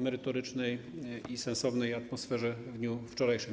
merytorycznej i sensownej atmosferze w dniu wczorajszym.